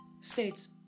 states